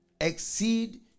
exceed